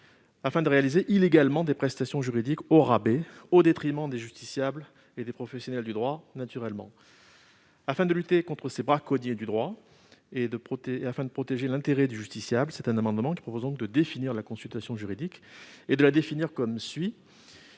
afin de réaliser illégalement des prestations juridiques au rabais, et ce au détriment des justiciables et des professionnels du droit. Afin de lutter contre ces braconniers du droit et de protéger l'intérêt du justiciable, nous proposons donc de définir la consultation juridique comme suit